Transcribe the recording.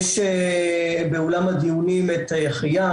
יש באולם הדיונים את חייאן,